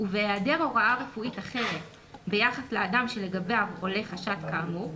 ובהיעדר הוראה רפואית אחרת ביחס לאדם שלגביו עולה חשד כאמור,